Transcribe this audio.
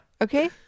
Okay